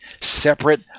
separate